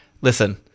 Listen